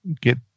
get